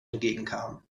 entgegenkam